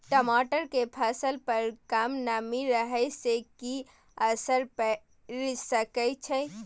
टमाटर के फसल पर कम नमी रहै से कि असर पैर सके छै?